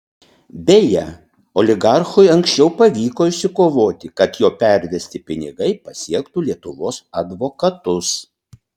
beje oligarchui anksčiau pavyko išsikovoti kad jo pervesti pinigai pasiektų lietuvos advokatus